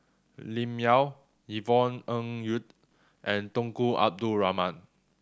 Lim Yau Yvonne Ng Uhde and Tunku Abdul Rahman